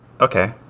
Okay